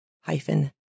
hyphen